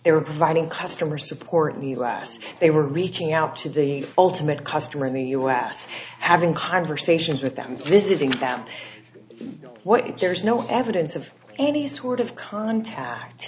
they were providing customer support in the last they were reaching out to the ultimate customer in the us having conversations with them visiting them what there's no evidence of any sort of contact